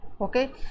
okay